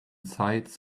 sides